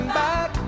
back